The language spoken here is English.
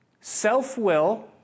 self-will